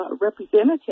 representative